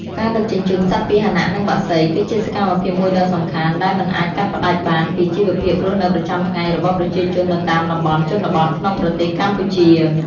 ការដឹកជញ្ជូនសត្វពាហនៈ និងបក្សី គឺជាសកម្មភាពមួយដ៏សំខាន់ ដែលមិនអាចកាត់ផ្តាច់បានពីជីវភាពរស់នៅប្រចាំថ្ងៃរបស់ប្រជាជននៅតាមតំបន់ជនបទក្នុងប្រទេសកម្ពុជា។